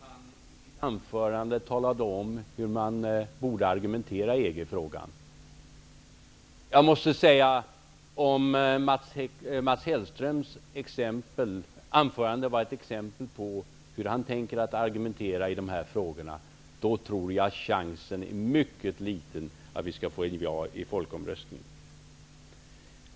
Herr talman! För det första: Mats Hellströn talade i sitt anförande om hur man borde argumentera i EG-frågan. Om Mats Hellströms anförande var ett exempel på hur han tänker argumentera i dessa frågor, tror jag att chansen för ett ja i folkomröstningen är mycket liten.